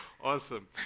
Awesome